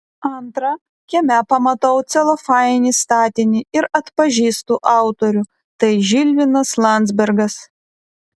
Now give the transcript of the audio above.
antra kieme pamatau celofaninį statinį ir atpažįstu autorių tai žilvinas landzbergas